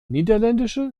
niederländische